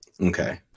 Okay